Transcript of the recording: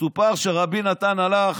מסופר שרבי נתן הלך